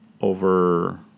over